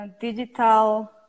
digital